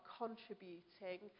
contributing